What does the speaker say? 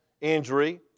injury